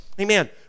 Amen